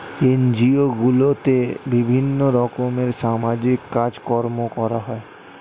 NGO গুলোতে বিভিন্ন রকমের সামাজিক কাজকর্ম করা হয়